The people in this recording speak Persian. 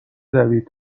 دوید